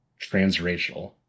transracial